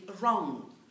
wrong